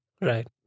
Right